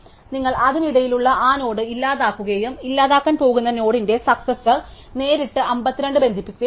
നിങ്ങൾ അതിനിടയിലുള്ള ആ നോഡ് ഇല്ലാതാക്കുകയും ഇല്ലാതാക്കാൻ പോകുന്ന നോഡിന്റെ സക്സസാർ നേരിട്ട് 52 ബന്ധിപ്പിക്കുകയും ചെയ്യുക